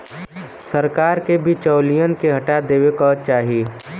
सरकार के बिचौलियन के हटा देवे क चाही